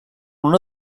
una